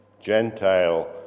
Gentile